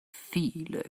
viele